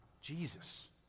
Jesus